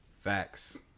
Facts